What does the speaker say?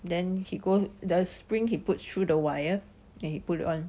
then he go the spring he put through the wire then he put it on